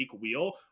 wheel